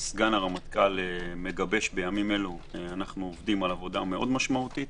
סגן הרמטכ"ל מגבש בימים אלו - אנחנו עובדים על עבודה מאוד משמעותית.